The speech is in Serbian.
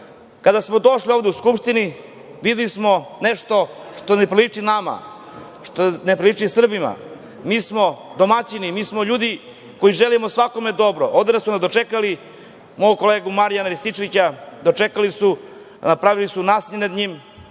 smo došli ovde u Skupštinu, videli smo nešto što ne priliči nama, što ne priliči Srbima. Mi smo domaćini, mi smo ljudi koji želimo svakome dobro. Ovde su nas dočekali, mog kolegu Marijana Rističevića, dočekali su, pravili su nasilje nad njim